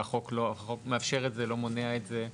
והחוק מאפשר את זה, לא מונע את זה.